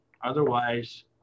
otherwise